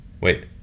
wait